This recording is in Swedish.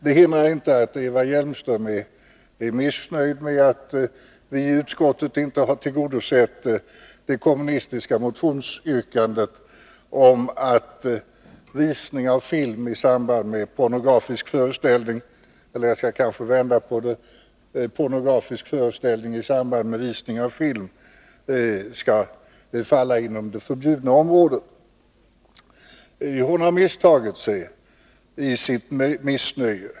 Det hindrar inte att Eva Hjelmström är missnöjd med att vi i utskottet inte har tillgodosett det kommunistiska motionsyrkandet om att pornografisk föreställning i samband med visning av film skall falla inom det förbjudnas område. Hon har misstagit sig i sitt missnöje.